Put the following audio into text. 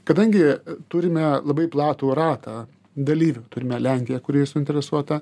kadangi turime labai platų ratą dalyvių turime lenkiją kuri suinteresuota